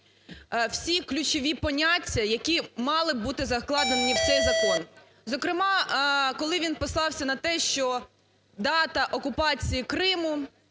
всі ключові поняття, які мали бути закладені в цей закон. Зокрема, коли він послався на те, що дата окупації Криму